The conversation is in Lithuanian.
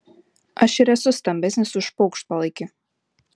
aš ir esu stambesnis už paukštpalaikį